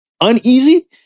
uneasy